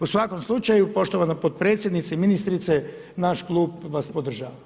U svakom slučaju, poštovana potpredsjednice i ministrice naš klub vas podržava.